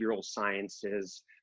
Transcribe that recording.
sciences